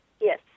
Yes